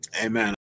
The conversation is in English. amen